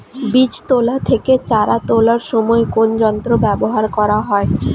বীজ তোলা থেকে চারা তোলার সময় কোন যন্ত্র ব্যবহার করা হয়?